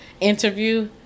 interview